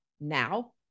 now